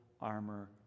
armor